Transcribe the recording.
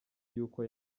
y’uko